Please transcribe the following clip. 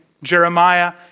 Jeremiah